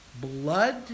Blood